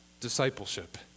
discipleship